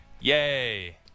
Yay